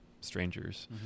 strangers